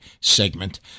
segment